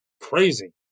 crazy